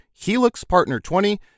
HELIXPARTNER20